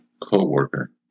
co-worker